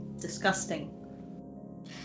disgusting